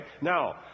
Now